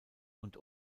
und